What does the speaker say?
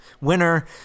winner